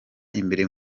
imbere